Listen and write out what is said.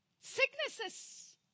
Sicknesses